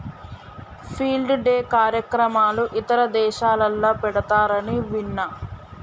field day కార్యక్రమాలు ఇతర దేశాలల్ల పెడతారని విన్న